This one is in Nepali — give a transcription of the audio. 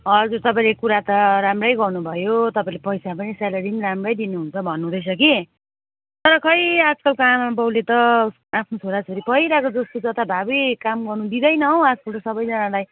हजुर तपाईँले कुरा त राम्रै गर्नुभयो तपाईँले पैसा पनि स्यालरी पनि राम्रै दिनुहुन्छ भन्नु हुँदैछ कि तर खै आजकलको आमाबाउले त आफ्नो छोराछोरी पहिलाको जस्तो जताभावी काम गर्नु दिँदैन हौ आजकल त सबैजानालाई